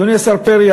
אדוני השר פרי,